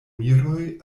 miroj